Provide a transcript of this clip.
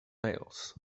nails